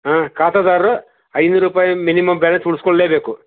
ಹಾಂ ಖಾತೆದಾರರು ಐನೂರು ರೂಪಾಯಿ ಮಿನಿಮಮ್ ಬ್ಯಾಲೆನ್ಸ್ ಉಳಿಸ್ಕೊಳ್ಲೇಬೇಕು